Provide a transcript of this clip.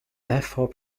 therefore